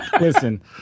listen